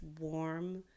warm